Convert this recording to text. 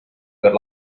per